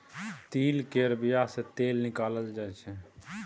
तिल केर बिया सँ तेल निकालल जाय छै